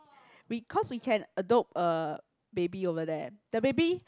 we cause we can adopt a baby over there the baby